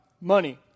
money